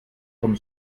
vom